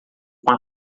com